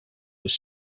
was